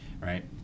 Right